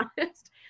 honest